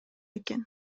экен